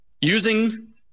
using